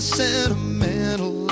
sentimental